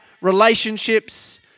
relationships